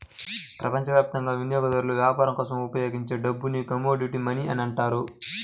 ప్రపంచవ్యాప్తంగా వినియోగదారులు వ్యాపారం కోసం ఉపయోగించే డబ్బుని కమోడిటీ మనీ అంటారు